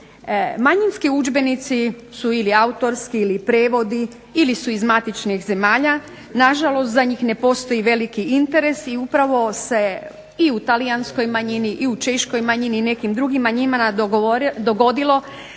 Manjinski udžbenici su ili autorski ili prijevodi ili su iz matičnih zemalja, nažalost za njih ne postoji veliki interes i upravo se i u talijanskoj manjini i u češkoj manjini i nekim drugim manjinama dogodilo